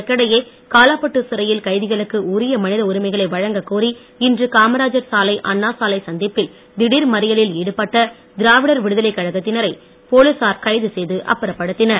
இதற்கிடையே காலாப்பட்டு சிறையில் கைதிகளுக்கு உரிய மனித உரிமைகைளை வழங்க கோரி இன்று காமராஜர் சாலை அண்ணா சாலை சந்திப்பில் திடீர் மறியலில் ஈடுபட்ட திராவிடர் விடுதலை கழகத்தினரை போலீசார் கைது செய்து அப்புறப்படுத்தினர்